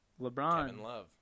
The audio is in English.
LeBron